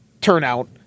turnout